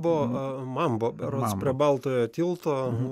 buvo man buvo berods prie baltojo tilto